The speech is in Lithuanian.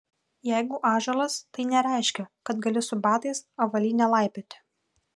jeigu ąžuolas tai nereiškia kad gali su batais avalyne laipioti